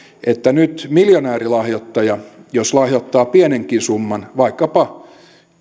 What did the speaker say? että nyt miljonäärilahjoittajan jos lahjoittaa pienenkin summan vaikkapa